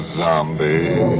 zombie